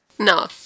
No